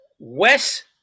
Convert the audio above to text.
Wes